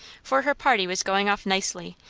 for her party was going off nicely,